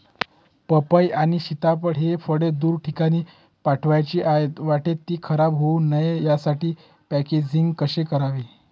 पपई आणि सीताफळ हि फळे दूर ठिकाणी पाठवायची आहेत, वाटेत ति खराब होऊ नये यासाठी पॅकेजिंग कसे करावे?